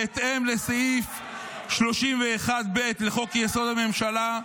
בהתאם לסעיף 31(ב) לחוק-יסוד: הממשלה,